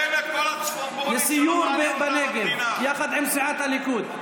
לסיור בנגב יחד עם סיעת הליכוד.